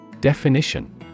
Definition